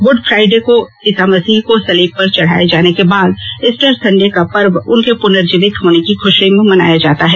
good Friday को ईसा मसीह को सलीब पर चढ़ाये जाने के बाद ईस्टर संडे का पर्व उनके पुनर्जीवित होने की खुशी में मनाया जाता है